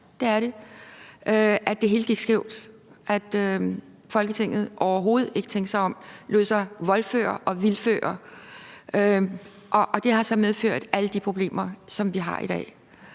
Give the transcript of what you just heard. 40 år siden, at det hele gik skævt og Folketinget overhovedet ikke tænkte sig om. De lod sig voldføre og vildføre, og det har så medført alle de problemer, som vi har i dag.